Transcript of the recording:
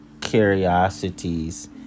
curiosities